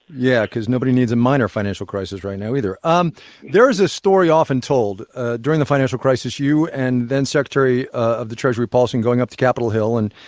yeah, because nobody needs a minor financial crisis right now, either. um there is a story often told during the financial crisis, you and then secretary of the treasury paulson going up to capitol hill and,